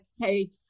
hey